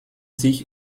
sich